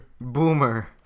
Boomer